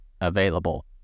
available